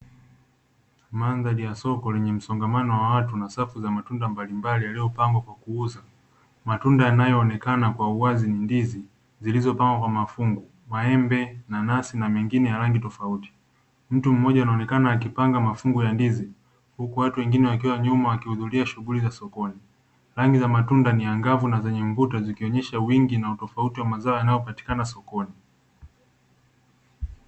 Mandhari ya soko lenye msongamano wa watu na safu za matunda mbalimbali yaliyopangwa tayari kwa kuuzwa. Matunda yanayoonekana kwa wazi ni ndizi zilizopangwa kwa mafungu, maembe, mananasi na mengine ya rangi tofauti. Mtu mmoja anaonekana akipanga mafungu ya ndizi huku watu wengine wakiwa nyuma wakihudhuria shughuli za sokoni. Rangi za matunda ni angavu na zenye mvuto zikionesha wingi na utofauti wa mazao yanayopatikana sokoni.